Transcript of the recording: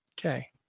Okay